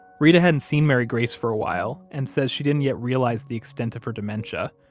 reta hadn't seen mary grace for a while and says she didn't yet realize the extent of her dementia.